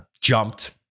jumped